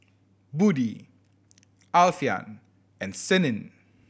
Budi Alfian and Senin